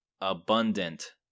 abundant